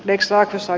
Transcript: lieksaa kansaa